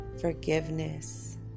forgiveness